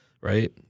right